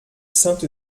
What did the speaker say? sainte